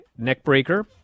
neckbreaker